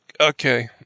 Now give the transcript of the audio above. Okay